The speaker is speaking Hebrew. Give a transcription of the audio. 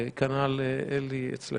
וכנ"ל אלי, אצלך.